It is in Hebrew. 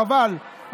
חבל,